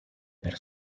per